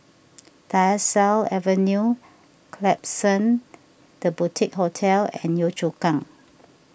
Tyersall Avenue Klapsons the Boutique Hotel and Yio Chu Kang